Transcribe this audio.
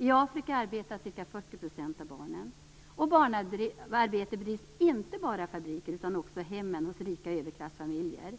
I Afrika arbetar ca 40 % av barnen. Barnarbete bedrivs inte bara i fabriker, utan också i hemmen hos rika överklassfamiljer.